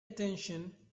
attention